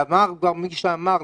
ואמר כבר מי שאמר,